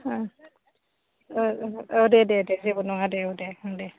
ओं ओं दे दे दे जेबो नङा दे औ दे